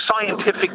scientific